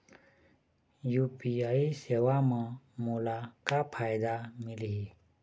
UPI सेवा म मोला का फायदा मिलही?